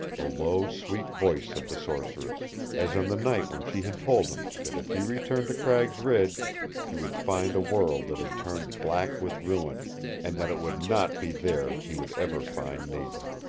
the low, sweet voice of the sorceress, as on the night when she had told him that if he returned to cragg's ridge he would find a world that had turned black with ruin and that it would not be there he would ever find nada.